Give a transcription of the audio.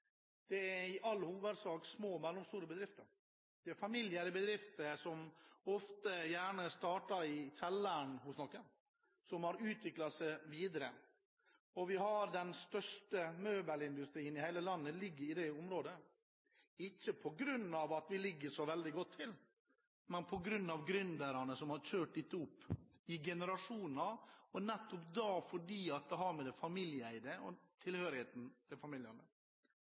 Det er i all hovedsak små og mellomstore bedrifter. Det er familieeide bedrifter som gjerne er startet i kjelleren hos noen, og som har utviklet seg videre. Den største møbelindustrien i hele landet ligger i dette området – ikke på grunn av at de ligger så veldig godt til, men på grunn av gründerne som har kjørt dette opp i generasjoner, med det familieeide og tilhørigheten til familien. Hvis man ser på offshorevirksomheten, har